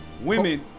women